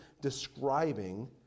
describing